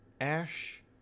ash